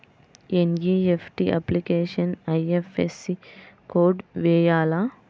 NEFT అప్లికేషన్లో IFSC code వేయాలా?